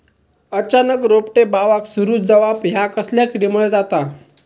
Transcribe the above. अचानक रोपटे बावाक सुरू जवाप हया कसल्या किडीमुळे जाता?